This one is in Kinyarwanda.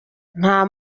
nta